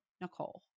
Nicole